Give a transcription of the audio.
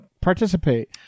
participate